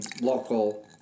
local